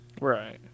right